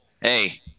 hey